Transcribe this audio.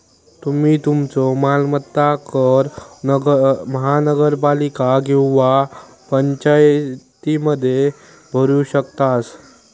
तुम्ही तुमचो मालमत्ता कर महानगरपालिका किंवा पंचायतीमध्ये भरू शकतास